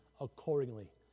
accordingly